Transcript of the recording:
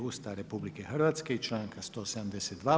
Ustava RH, i članka 172.